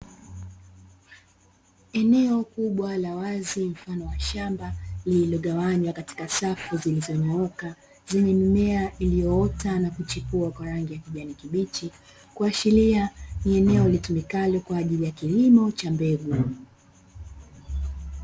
Eneo kubwa la wazi mafano wa shamba, likilogawanywa katika safu zilizonyooka, zenye mimea iliyo ota na kuchipua kwa rangi ya kijani kibichi, kuashiria ni eneo litumikalo kwaajili ya kilimo cha mbegu.